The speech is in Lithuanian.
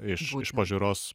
iš iš pažiūros